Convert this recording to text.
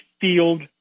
field